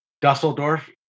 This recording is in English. Dusseldorf